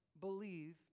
believe